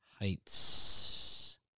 heights